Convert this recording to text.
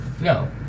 No